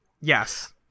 Yes